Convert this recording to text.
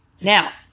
Now